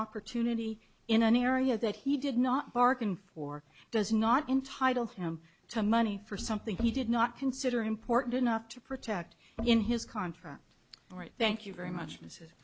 opportunity in an area that he did not bargain for does not entitle him to money for something he did not consider important enough to protect in his contract all right thank you very much mrs